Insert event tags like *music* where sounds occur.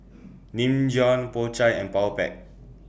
*noise* Nin Jiom Po Chai and Powerpac